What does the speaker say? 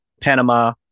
Panama